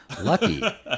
Lucky